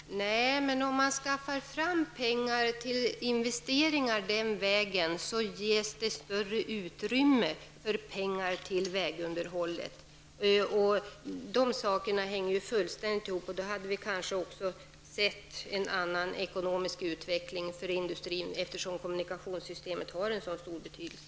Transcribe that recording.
Herr talman! Nej, men om man skaffar fram pengar till investeringar den vägen så ges det större utrymme för pengar till vägunderhållet. Dessa saker hänger helt ihop. Och då hade vi kanske sett en annan ekonomisk utveckling för industrin, eftersom kommunikationssystemet har en så stor betydelse.